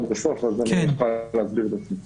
אני אוכל להסביר את עצמי.